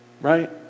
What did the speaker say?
Right